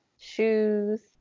shoes